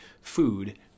food